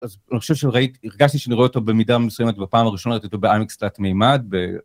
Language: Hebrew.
אז אני חושב שראיתי, הרגשתי שאני רואה אותו במידה מסוימת בפעם הראשונה, ראיתי אותו ב-IMAX תלת מימד